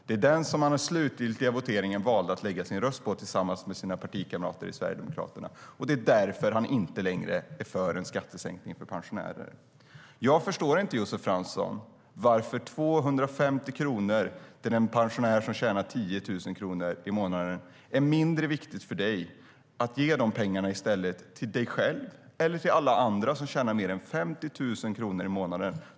Det är den som han i den slutgiltiga voteringen valde att lägga sin röst på tillsammans med sina partikamrater i Sverigedemokraterna, och det är därför han inte längre är för en skattesänkning för pensionärer. Jag förstår inte, Josef Fransson, varför 250 kronor till en pensionär som får 10 000 kronor i månaden är mindre viktigt för dig än att i stället ge de pengarna till dig själv eller till alla andra som tjänar mer än 50 000 kronor i månaden.